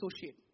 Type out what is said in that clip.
associate